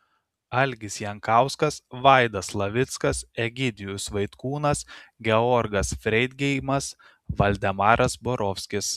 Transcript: algis jankauskas vaidas slavickas egidijus vaitkūnas georgas freidgeimas valdemaras borovskis